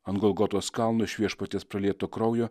ant golgotos kalno iš viešpaties pralieto kraujo